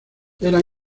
eran